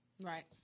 right